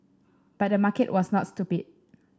but the market was not stupid